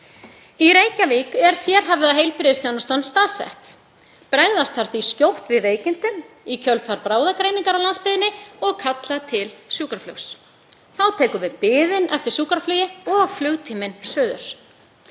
Í Reykjavík er sérhæfða heilbrigðisþjónustan staðsett. Bregðast þarf því skjótt við veikindum í kjölfar bráðagreiningar á landsbyggðinni og kalla til sjúkraflug. Þá tekur við biðin eftir sjúkraflugi og flugtíminn suður.